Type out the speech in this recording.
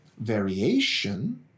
variation